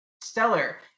stellar